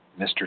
Mr